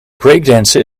breakdancen